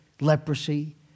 leprosy